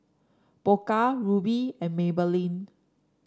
Pokka Rubi and Maybelline